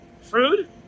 food